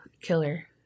killer